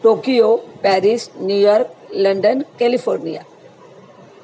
Tokyo Paris New York London California